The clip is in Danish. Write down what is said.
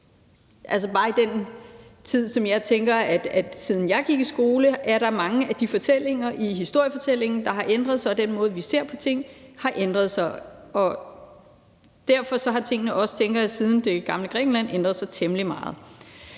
Bare i den tid, som er gået, siden jeg gik i skole, er der mange ting i historiefortællingen, der har ændret sig, og den måde, vi ser på ting på, har ændret sig. Derfor har tingene også ændret sig temmelig meget